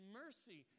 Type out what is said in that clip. mercy